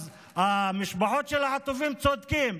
אז המשפחות של החטופים צודקים: